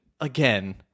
again